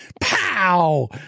pow